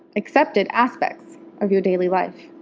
accepted aspects of your daily life.